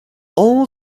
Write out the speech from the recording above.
all